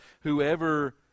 Whoever